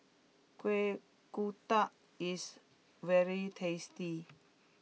Kuih Kodok is very tasty